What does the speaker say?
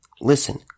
listen